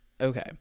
okay